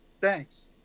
thanks